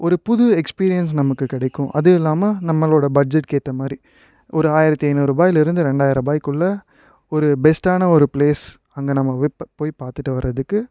ஒரு புது எக்ஸ்பீரியன்ஸ் நமக்குக் கிடைக்கும் அதுவும் இல்லாமல் நம்மளோடய பட்ஜெட்டுக்கு ஏற்ற மாதிரி ஒரு ஆயிரத்தி ஐந்நூறுரூபாய்லேருந்து ரெண்டயரருபாய்க்குள்ள ஒரு பெஸ்ட்டான ஒரு ப்ளேஸ் அங்கே நம்ம போய் ப போய் பார்த்துட்டு வர்றதுக்கு